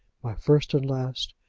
my first and last,